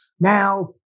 Now